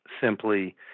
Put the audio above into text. simply